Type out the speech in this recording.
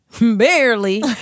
barely